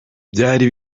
byari